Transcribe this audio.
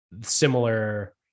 similar